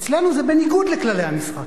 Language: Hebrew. אצלנו זה בניגוד לכללי המשחק,